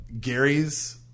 Gary's